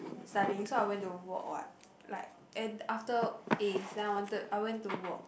studying so I went to work what like and after A's then I wanted I went to work